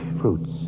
fruits